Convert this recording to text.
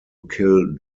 kill